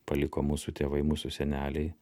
paliko mūsų tėvai mūsų seneliai